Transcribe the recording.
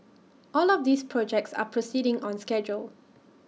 all of these projects are proceeding on schedule